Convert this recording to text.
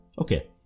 Okay